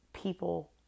People